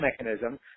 mechanism